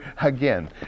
again